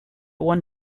one